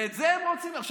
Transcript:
את זה הם רוצים עכשיו.